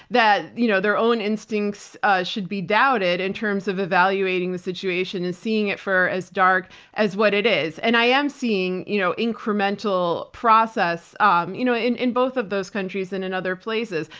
that you know their own instincts ah should be doubted in terms of evaluating the situation and seeing it for as dark as what it is. and i am seeing you know incremental process um you know in in both of those countries and in and other places.